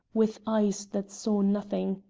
with eyes that saw nothing.